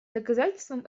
доказательством